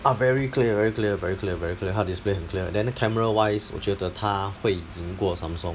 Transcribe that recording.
ah very clear very clear very clear very clear 它的 display 很 clear then the camera wise 我觉得它会赢过 Samsung